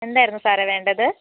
എന്തായിരുന്നു സാറേ വേണ്ടത്